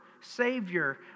Savior